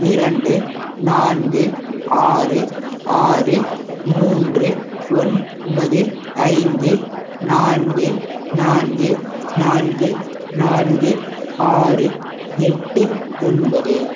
இரண்டு நான்கு ஆறு ஆறு மூன்று ஒன்பது ஐந்து நான்கு நான்கு நான்கு நான்கு ஆறு எட்டு ஒன்பது